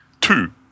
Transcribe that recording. Two